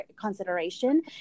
consideration